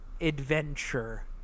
adventure